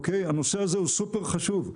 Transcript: הנושא הזה הוא סופר חשוב.